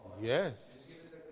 yes